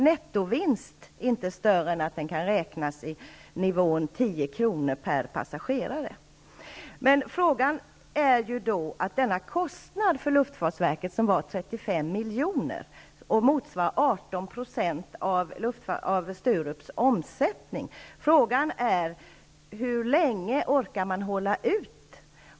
Nettovinsten är inte större än att den kan räknas i nivån 10 kr. per passagerare. Kostnaden för luftfartsverket är 35 miljoner och motsvarar 18 % av Sturups omsättning. Frågan är hur länge man orkar hålla ut.